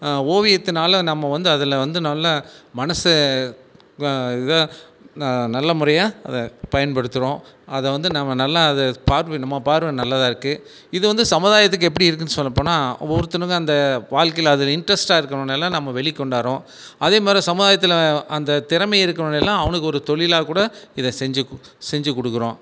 ஓவியத்துனால் நம்ம வந்து அதில் வந்து நல்ல மனசு இதா ந நல்ல முறையாக அதை பயன்படுத்துகிறோம் அதை வந்து நம்ம நல்ல அது பார்வை நம்ம பார்வை நல்லதாக இருக்குது இது வந்து சமுதாயத்துக்கு எப்படி இருக்குதுன்னு சொல்லப் போனால் ஒருத்தனுக்கு அந்த வாழ்க்கையில் அது இண்ட்ரெஸ்ட்டாக இருக்கறவனயெல்லாம் நம்ம வெளிக் கொண்டாகிறோம் அதே மாதிரி சமுதாயத்தில் அந்த திறமை இருக்கறவனயெல்லாம் அவனுக்கு ஒரு தொழிலாக கூட இதை செஞ்சிக் கு செஞ்சி கொடுக்குறோம்